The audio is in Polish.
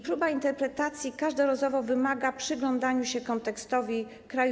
Próba interpretacji każdorazowo wymaga przyglądaniu się kontekstowi kraju.